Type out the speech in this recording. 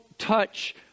Touch